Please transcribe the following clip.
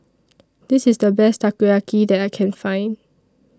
This IS The Best Takoyaki that I Can Find